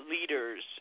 leaders